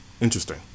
Interesting